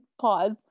pause